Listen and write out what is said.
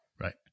Right